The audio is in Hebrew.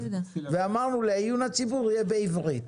ואמרנו לעיון הציבור יהיה בעברית.